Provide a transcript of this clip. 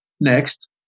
Next